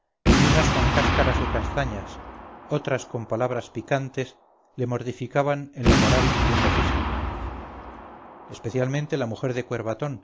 y unas con cáscaras de castañas otras con palabras picantes le mortificaban en lo moral y en lo físico especialmente la mujer de